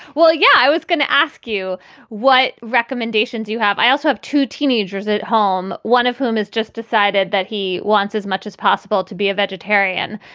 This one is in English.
well, yeah, i was going to ask you what recommendations you have. i also have two teenagers at home, one of whom is just decided that he wants as much as possible to be a vegetarian,